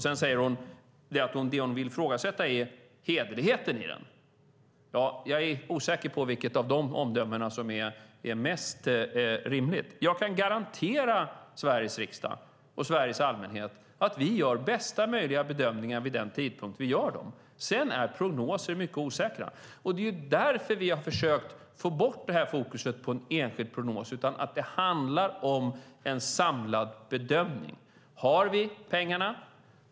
Sedan säger hon att det hon vill ifrågasätta är hederligheten i den. Jag är osäker på vilket av dessa omdömen som är mest rimligt, men jag kan garantera Sveriges riksdag och Sveriges allmänhet att vi gör bästa möjliga bedömningar vid den tidpunkt vi gör dem. Sedan är prognoser mycket osäkra, och det är därför vi har försökt få bort fokus från en enskild prognos. Det handlar i stället om en samlad bedömning. Har vi pengarna?